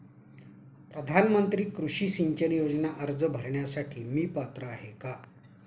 प्रधानमंत्री कृषी सिंचन योजना अर्ज भरण्यासाठी मी पात्र आहे का?